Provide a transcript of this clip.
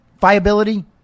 viability